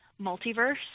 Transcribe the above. multiverse